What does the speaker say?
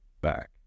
back